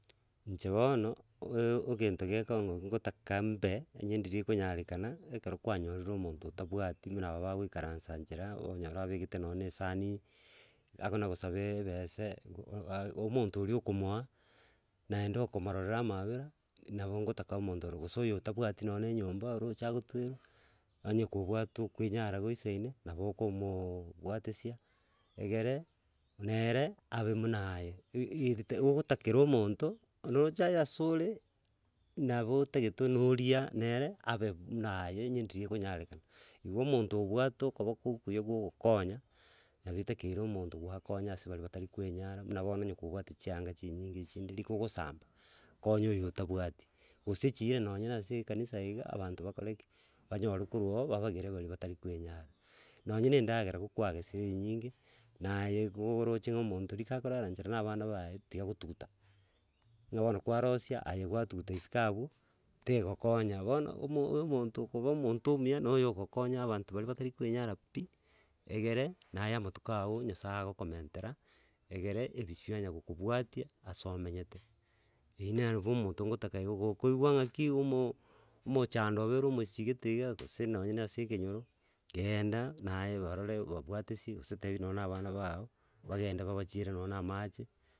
Inche bono oeo ogento gekongokia ngotaka mbe, onye ndiri rikonyarekana ekero kwanyorire omonto otabwati muna aba bagoikaransa nchera okonyora babegete nonye na esaani, akona gosaba ebese ah- oh omonto oria okomoa, naende okomorera amabera nabo ngotaka omonto ore, gose oyo otabwati nonye na enyomba oroche agoterwa onye kobwate okoenyara goisaine, nabo okomooobwatisia egere, nere abe muna aye i- igite ogotakera omonto noroche aye asore, nabo otagete noria nere abe buna aye onye ndiri ekonyarekana. Igo omonto obwate okoboko okuya bwa ogokonya, nabo etakeire omonto gwakonya ase baria batari koenyara buna bono onye kobwate chianga chinyinge echinde, rika ogosamba, konya oyo tabwati, gose chiire nonye na ase ekanisa iga abanto bakore ki, banyore korwo oo babagere baria batari koenyara. Nonye na endagera igo kwagesire enyinge, naye gooroche omonto rika akorara nchera na abana baye, tiga gotuguta, ng'a bono kwarosia aye gwatuguta isiko abu, tegokonya, bono omo omonto okoba omonto omuya noyo ogokonya abanto baria batari koenyera pi, egere naye amatuko ago nyasaye agokomentera, egere ebisio anya gokobwatia ase omenyete. Eyi nere bo omonto ngotaka igo, koigwa ng'aki, omo omochando obeire omochio gete iga gose nonye na ase ekenyoro, genda naye barore babwatesi gose tebi nonye na abana bago, bagende babachire nonye na amache.